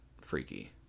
Freaky